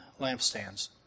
lampstands